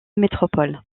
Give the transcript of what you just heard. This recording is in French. métropole